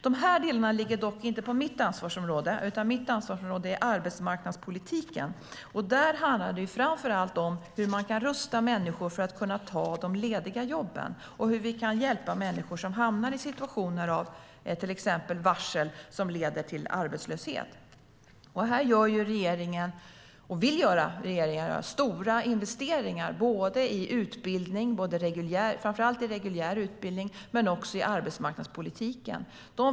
De här delarna ligger dock inte inom mitt ansvarsområde, utan mitt ansvarsområde är arbetsmarknadspolitiken. Där handlar det framför allt om hur vi kan rusta människor för att de ska kunna ta de lediga jobben och hur vi kan hjälpa människor som hamnar i situationer av till exempel varsel som leder till arbetslöshet. Här gör regeringen, och vill göra, stora investeringar både i utbildning - det gäller framför allt reguljär utbildning - och i arbetsmarknadspolitiken.